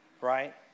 right